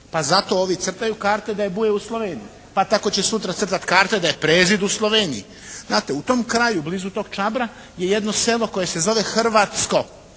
Pa zato ovi crtaju karte da je Buje u Sloveniji. Pa tako će sutra crtati karte da je Prezid u Sloveniji, znate. U tom kraju blizu tog Čabra je jedno selo koje se zove Hrvatsko.